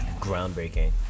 groundbreaking